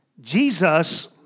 Jesus